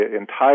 entire